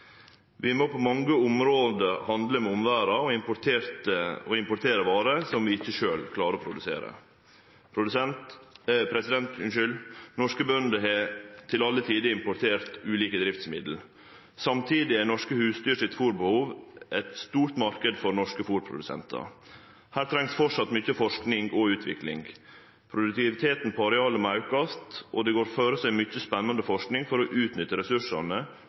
Vi må på mange område handle med omverda og importere varer som vi ikkje sjølve klarer å produsere. Norske bønder har til alle tider importert ulike driftsmiddel. Samtidig er fôrbehovet til norske husdyr ein stor marknad for norske fôrprodusentar. Her trengst fortsatt mykje forsking og utvikling. Produktiviteten på areala må aukast, og det går føre seg mykje spanande forsking for å utnytte ressursane